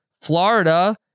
Florida